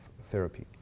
therapy